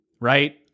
right